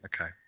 okay